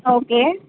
okay